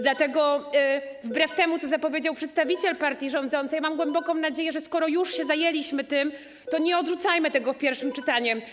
Dlatego wbrew temu, co zapowiedział przedstawiciel partii rządzącej, mam głęboką nadzieję, że skoro już się tym zajęliśmy, nie odrzucimy tego po pierwszym czytaniu.